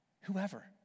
Whoever